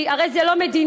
כי הרי זה לא מדיניות,